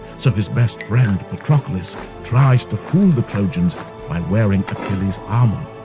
so his best friend patroclus tries to fool the trojans by wearing achilles' armour.